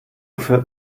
führt